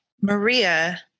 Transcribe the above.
Maria